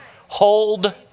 Hold